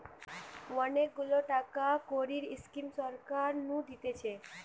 অনেক গুলা টাকা কড়ির স্কিম সরকার নু দিতেছে